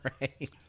Right